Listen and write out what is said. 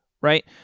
right